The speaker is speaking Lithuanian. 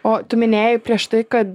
o tu minėjai prieš tai kad